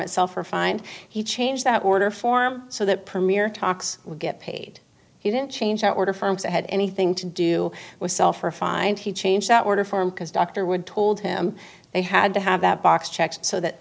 itself or find he changed that order form so that premier talks would get paid he didn't change the order forms that had anything to do with self or find he changed that order for him because doctor would told him they had to have that box checked so that